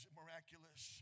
miraculous